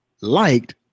liked